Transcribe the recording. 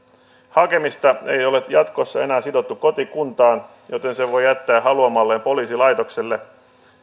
hakeminen ei ole jatkossa enää sidottu kotikuntaan joten hakemuksen voi jättää haluamalleen poliisilaitokselle